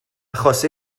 achos